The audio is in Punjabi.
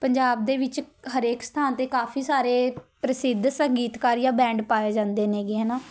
ਪੰਜਾਬ ਦੇ ਵਿੱਚ ਹਰੇਕ ਸਥਾਨ 'ਤੇ ਕਾਫ਼ੀ ਸਾਰੇ ਪ੍ਰਸਿੱਧ ਸੰਗੀਤਕਾਰੀਆ ਬੈਂਡ ਪਾਏ ਜਾਂਦੇ ਨੇਗੇ ਹੈ ਨਾ